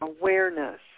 awareness